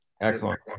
excellent